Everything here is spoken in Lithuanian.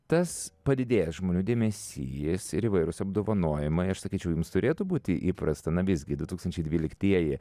tas padidėjęs žmonių dėmesys ir įvairūs apdovanojimai aš sakyčiau jums turėtų būti įprasta na visgi du tūkstančiai dvyliktieji